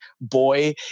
boy